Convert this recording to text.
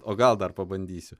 o gal dar pabandysiu